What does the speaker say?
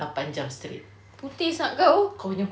putih sangat kau